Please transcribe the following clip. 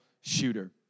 shooter